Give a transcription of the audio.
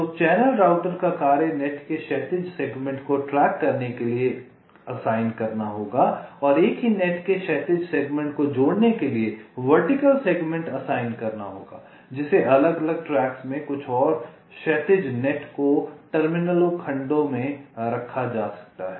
तो channel router का कार्य नेट के क्षैतिज सेगमेंट को ट्रैक करने के लिए असाइन करना होगा और एक ही नेट के क्षैतिज सेगमेंट को जोड़ने के लिए वर्टिकल सेगमेंट असाइन करना होगा जिसे अलग अलग ट्रैक्स में और कुछ क्षैतिज नेट को टर्मिनल खंडों में रखा जा सकता है